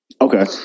Okay